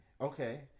Okay